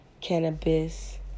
Cannabis